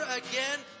again